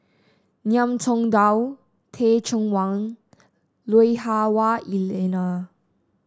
Ngiam Tong Dow Teh Cheang Wan Lui Hah Wah Elena